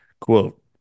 Quote